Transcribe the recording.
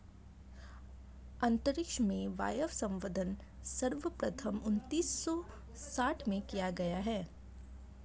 अंतरिक्ष में वायवसंवर्धन सर्वप्रथम उन्नीस सौ साठ में किया गया